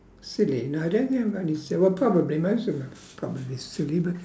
silly no I don't think I have any sil~ well probably most of them probably silly but